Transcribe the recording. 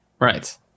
Right